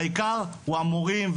העיקר הוא המורים,